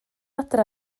adre